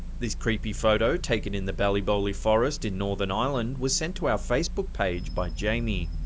this creepy photo taken in the ballyboley forest, in northern ireland, was sent to our facebook page by jamie.